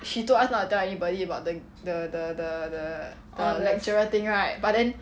she told us not to tell anybody about the the the the the the lecturer thing right but then